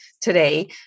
today